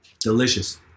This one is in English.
Delicious